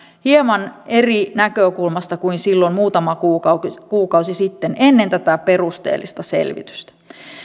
hieman eri näkökulmasta kuin silloin muutama kuukausi kuukausi sitten ennen tätä perusteellista selvitystä